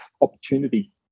opportunity